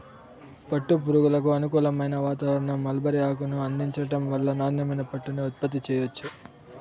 పట్టు పురుగులకు అనుకూలమైన వాతావారణం, మల్బరీ ఆకును అందించటం వల్ల నాణ్యమైన పట్టుని ఉత్పత్తి చెయ్యొచ్చు